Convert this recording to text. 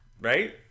right